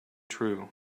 true